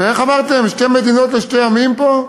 ואיך אמרתם, שתי מדינות לשני עמים פה?